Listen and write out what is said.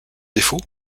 défaut